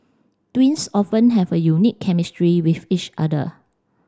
twins often have a unique chemistry with each other